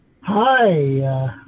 Hi